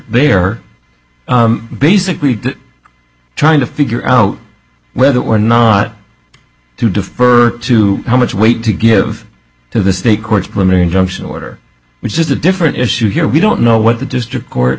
there basically trying to figure out whether or not to defer to how much weight to give to the state courts primary injunction order which is a different issue here we don't know what the district court